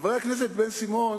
חבר הכנסת בן-סימון,